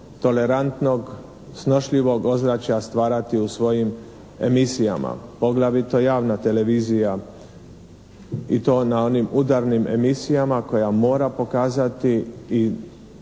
tolerantnog, snošljivog ozračja stvarati u svojim emisijama poglavito javna televizija i to na onim udarnim emisijama koja mora pokazati i